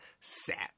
sad